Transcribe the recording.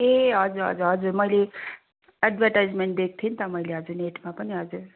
ए हजुर हजुर हजुर मैले एडभर्टाइजमेन्ट दिएको थिएँ नि त मैले हजुर नेटमा पनि हजुर